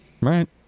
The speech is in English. Right